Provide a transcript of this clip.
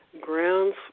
grounds